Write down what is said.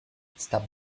stop